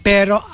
Pero